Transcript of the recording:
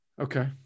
Okay